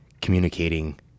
communicating